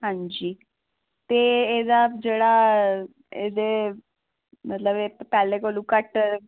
अंजी ते एह्दा जेह्ड़ा मतलब पैह्लें कोला घट्ट